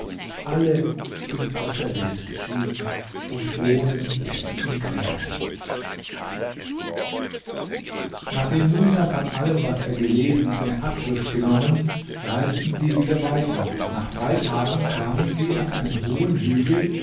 alle sind aus der welt geschieden und wohnen jetzt in gräbern nachdem musa von allem was er gelesen eine abschrift genommen reisten sie wieder weiter und nach drei tagen kamen sie an einen hohen hügel